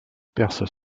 perses